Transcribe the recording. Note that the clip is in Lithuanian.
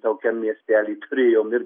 tokiam miestely turėjom ir